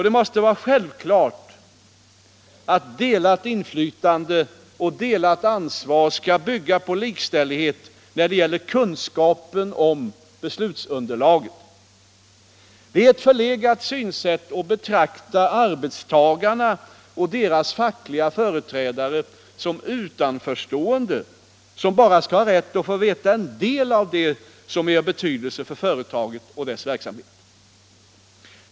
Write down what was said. Det måste vara självklart att delat inflytande och delat ansvar skall bygga på likställighet när det gäller kunskapen om beslutsunderlaget. Det är ett förlegat synsätt att betrakta arbetstagarna och deras fackliga företrädare som utanförstående som bara skall ha rätt att få veta en del av det som är av betydelse för företaget och dess verksamhet.